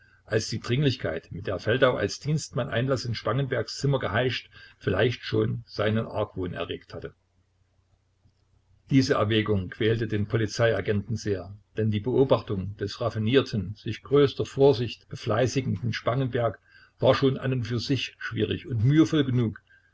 als die dringlichkeit mit der feldau als dienstmann einlaß in spangenbergs zimmer geheischt vielleicht schon seinen argwohn erregt hatte diese erwägung quälte den polizeiagenten sehr denn die beobachtung des raffinierten sich größter vorsicht befleißigenden spangenberg war schon an und für sich schwierig und mühevoll genug